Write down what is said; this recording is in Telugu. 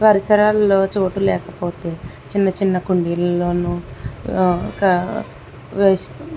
పరిసరాలలో చోటు లేకపోతే చిన్న చిన్న కుండీలోనూ ఒక వేస్ట్